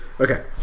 Okay